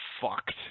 fucked